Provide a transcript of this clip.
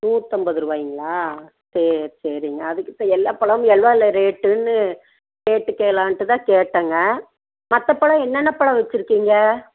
நூற்றைம்பது ரூபாய்ங்களா சரி சரிங்க அதுக்குதான் எல்லா பழமும் என்னென்ன ரேட்டுனு கேட்டுக்கலான்ட்டுதான் கேட்டேங்க மத்தப்பழம் என்னென்ன பழம் வைச்சிருக்கீங்க